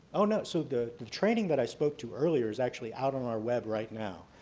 oh no. so the training that i spoke to earlier is actually out on our web right now.